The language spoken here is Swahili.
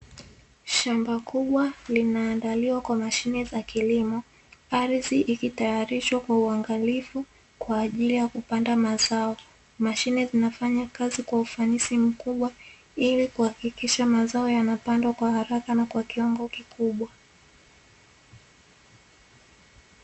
Shamba kubwa linaandaliwa kwa mashine za kilimo ardhi ikitayarishwa kwa uangalivu kwajili nya kupanda mazao, mashine zinafanya kazi kwa ufanisi mkubwa ili kuhakikisha mazao yanapandwa kwa haraka na kiwango kikubwa.